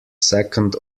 second